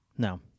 No